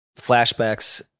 flashbacks